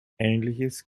ähnliches